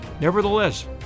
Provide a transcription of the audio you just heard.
Nevertheless